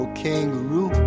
kangaroo